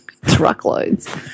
truckloads